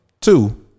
Two